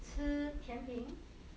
吃甜品 ya